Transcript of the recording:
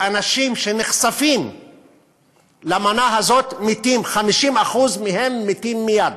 אנשים שנחשפים למנה הזאת מתים, 50% מהם מתים מייד.